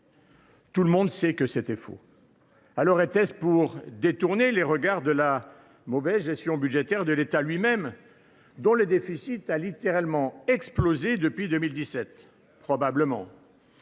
Tout le monde sait que c’était faux. Était ce pour détourner les regards de la mauvaise gestion budgétaire de l’État lui même, dont les déficits ont littéralement explosé depuis 2017 ? Probablement.